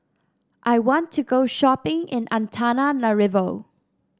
I want to go shopping in Antananarivo